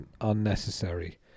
unnecessary